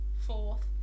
fourth